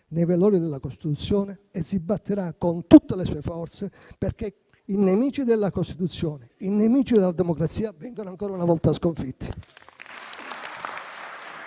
nei valori della Costituzione e si batterà con tutte le sue forze perché i nemici della Costituzione, i nemici della democrazia vengano ancora una volta sconfitti.